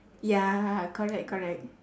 ya correct correct